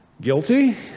Guilty